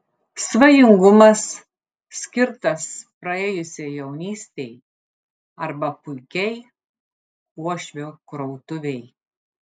svajingumas skirtas praėjusiai jaunystei arba puikiai uošvio krautuvei